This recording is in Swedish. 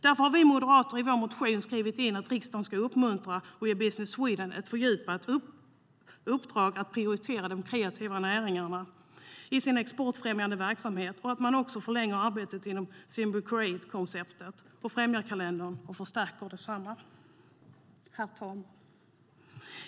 Därför har vi moderater i vår motion skrivit in att riksdagen ska uppmuntra och ge Business Sweden ett fördjupat uppdrag att prioritera de kreativa näringarna i sin exportfrämjande verksamhet samt att man ska förlänga arbetet inom Symbio Create-konceptet och Främjarkalendern och förstärka detsamma. Herr talman!